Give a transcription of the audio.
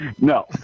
No